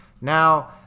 Now